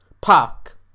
Park